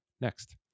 next